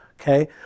Okay